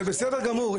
זה בסדר גמור,